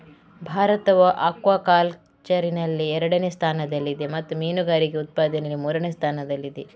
ಭಾರತವು ಅಕ್ವಾಕಲ್ಚರಿನಲ್ಲಿ ಎರಡನೇ ಸ್ಥಾನದಲ್ಲಿದೆ ಮತ್ತು ಮೀನುಗಾರಿಕೆ ಉತ್ಪಾದನೆಯಲ್ಲಿ ಮೂರನೇ ಸ್ಥಾನದಲ್ಲಿದೆ